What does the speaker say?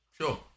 Sure